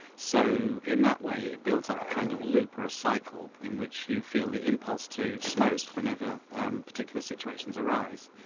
so in that way it builds up a kind of loop or a cycle in which you feel the impulse to smoke whenever particular situations arise.